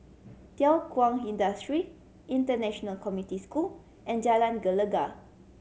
Thow Kwang Industry International Community School and Jalan Gelegar